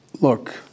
Look